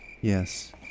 Yes